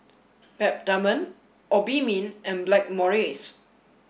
Peptamen Obimin and Blackmores